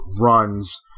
runs